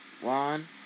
One